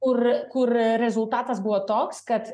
kur kur rezultatas buvo toks kad